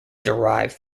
derived